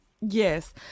Yes